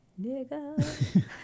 nigga